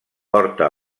porta